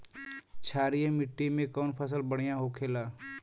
क्षारीय मिट्टी में कौन फसल बढ़ियां हो खेला?